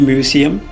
Museum